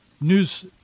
news